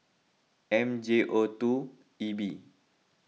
M J O two E B